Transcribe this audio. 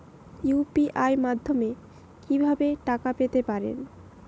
UPI মাধ্যমে কি ভাবে টাকা পেতে পারেন?